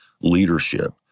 leadership